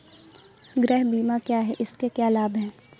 गृह बीमा क्या है इसके क्या लाभ हैं?